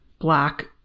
black